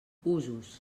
usos